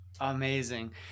amazing